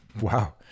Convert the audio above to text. Wow